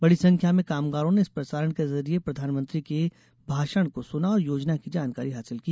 बड़ी संख्या में कामगारों ने इस प्रसारण के जरिए प्रधानमंत्री के भाषण को सुना और योजना की जानकारी हासिल की